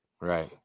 Right